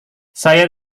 saya